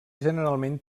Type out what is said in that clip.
generalment